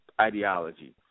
ideology